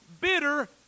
bitter